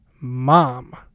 Mom